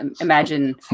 imagine